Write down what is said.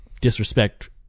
disrespect